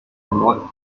amor